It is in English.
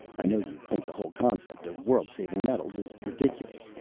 i know you think the whole concept of world-saving medals is ridiculous,